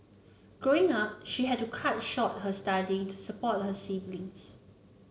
Growing Up she had to cut short her studying to support her siblings